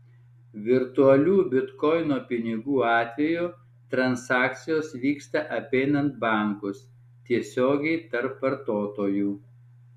virtualių bitkoino pinigų atveju transakcijos vyksta apeinant bankus tiesiogiai tarp vartotojų